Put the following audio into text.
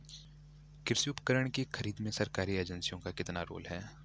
कृषि उपकरण की खरीद में सरकारी एजेंसियों का कितना रोल है?